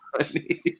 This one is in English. funny